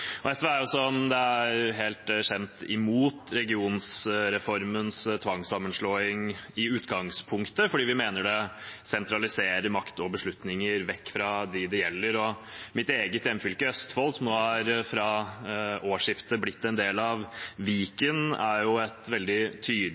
er, som kjent, imot regionreformens tvangssammenslåing i utgangspunktet. fordi vi mener den sentraliserer makt og beslutninger vekk fra dem de gjelder. Mitt eget hjemfylke, Østfold, som fra årsskiftet er blitt en del av Viken, er et veldig tydelig